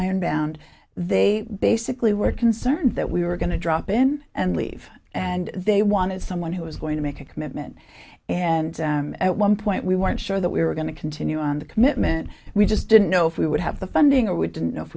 and they basically were concerned that we were going to drop in and leave and they wanted someone who was going to make a commitment and at one point we weren't sure that we were going to continue on the commitment we just didn't know if we would have the funding or we didn't know if